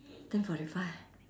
ten forty five